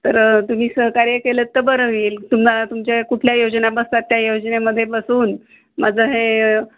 तर तुम्ही सहकार्य केलंत तर बरं येईल तुम्हाला तुमच्या कुठल्या योजना बसतात त्या योजनेमध्ये बसवून माझं हे